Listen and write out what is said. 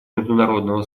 международного